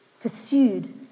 pursued